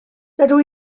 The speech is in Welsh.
dydw